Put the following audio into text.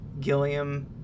Gilliam